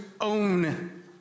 own